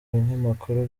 binyamakuru